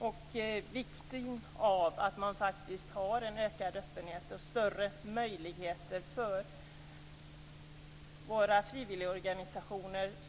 Det är viktigt att man har en ökad öppenhet och större möjligheter för våra frivilligorganisationer.